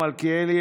מלכיאלי,